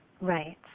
Right